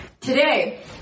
Today